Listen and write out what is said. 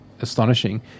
astonishing –